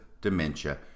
dementia